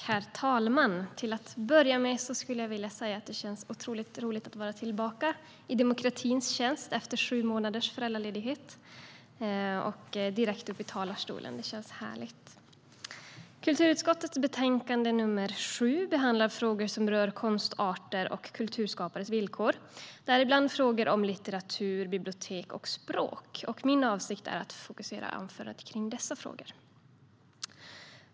Herr talman! Till att börja med vill jag säga att det känns otroligt roligt att vara tillbaka i demokratins tjänst efter sju månaders föräldraledighet och gå direkt upp i talarstolen. Det känns härligt! Kulturutskottets betänkande nr 7 behandlar frågor som rör konstarter och kulturskapares villkor - däribland frågor om litteratur, bibliotek och språk. Min avsikt är att fokusera anförandet på dessa frågor.